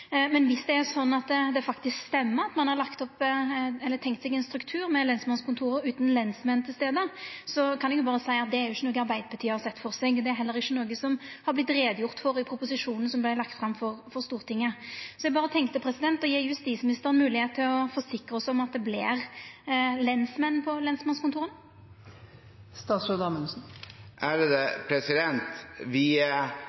Men viss det faktisk stemmer at ein har tenkt seg ein struktur med lensmannskontor utan lensmenn til stades, så kan eg berre seia at det er ikkje noko Arbeidarpartiet har sett føre seg. Det er heller ikkje noko som det har vorte gjort greie for i proposisjonen som vart lagd fram for Stortinget. Så eg tenkte berre å gje justisministeren moglegheit til å forsikra oss om at det vert lensmenn på lensmannskontora. Vi skal selvfølgelig legge til rette for at det